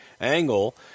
angle